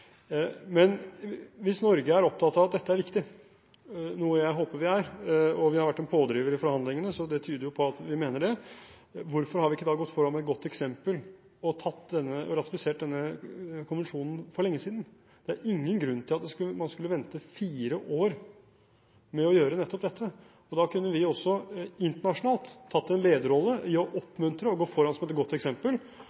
Men hvis Norge er opptatt av at dette er viktig, noe jeg håper vi er – vi har vært en pådriver i forhandlingene, så det tyder jo på at vi mener det – hvorfor har vi ikke da gått foran med et godt eksempel, og ratifisert denne konvensjonen for lenge siden? Det er ingen grunn til at man skulle vente fire år med å gjøre nettopp dette. Da kunne vi også tatt en lederrolle internasjonalt ved å